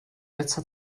letzter